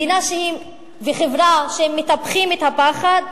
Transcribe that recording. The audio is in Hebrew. מדינה וחברה שמטפחות את הפחד,